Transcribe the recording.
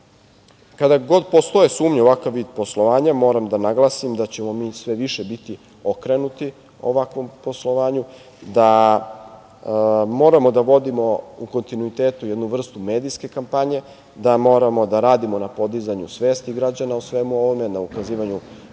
kada god postoje sumnje u ovakav vid poslovanja, moram da naglasim da ćemo mi sve više biti okrenuti ovakvom poslovanju, da moramo da vodimo u kontinuitetu jednu vrstu medijske kampanje, da moramo da radimo na podizanju svesti građana o svemu ovome, na ukazivanju